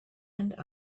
and